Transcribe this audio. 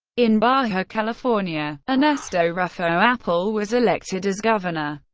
in baja california, ernesto ruffo appel was elected as governor.